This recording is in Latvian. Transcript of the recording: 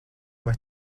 vai